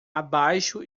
abaixo